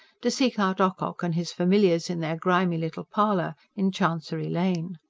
to seek out ocock and his familiars in their grimy little parlour in chancery lane.